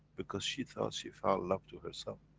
because she thought she found love to herself.